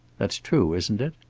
that's true, isn't it?